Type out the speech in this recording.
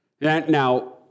Now